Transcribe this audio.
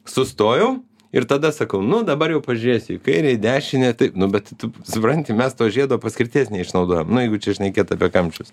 sustojau ir tada sakau nu dabar jau pažiūrėsiu į kairę į dešinę tai nu bet tu supranti mes to žiedo paskirties neišnaudojam nu jeigu čia šnekėt apie kamščius